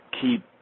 keep